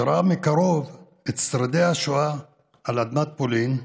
שראה מקרוב את שרידי השואה על אדמת פולין,